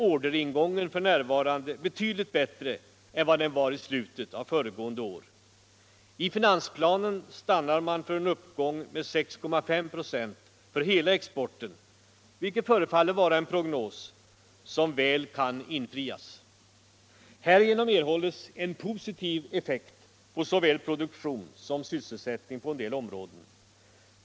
Orderingången är f.n. betydligt bättre än vad den var i slutet av föregående år. I finansplanen stannar man för en uppgång med 6,5 ". för hela exporten, vilket förefaller vara en prognos som väl kan infrias. Härigenom erhålls en positiv effekt för såväl produktion som sysselsättning på en del områden.